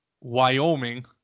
Wyoming